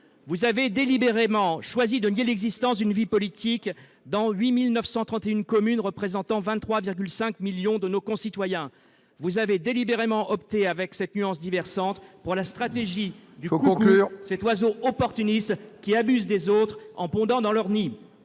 Vous avez délibérément choisi de nier l'existence d'une vie politique dans 8 931 communes, représentant 23,5 millions de nos concitoyens. Vous avez délibérément opté, avec cette nuance « divers centre »,... Il faut conclure !... pour la stratégie du coucou, cet oiseau opportuniste qui abuse des autres en pondant dans leur nid.